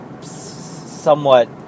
somewhat